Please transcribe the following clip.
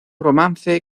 romance